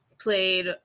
played